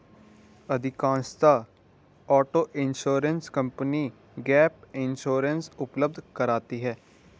अधिकांशतः auto insurance company gap insurance उपलब्ध कराती है